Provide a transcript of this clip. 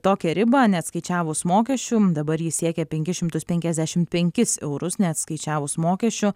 tokią ribą neatskaičiavus mokesčių dabar ji siekia penkis šimtus penkiasdešim penkis eurus neatskaičiavus mokesčių